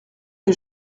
que